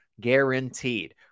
guaranteed